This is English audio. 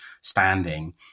standing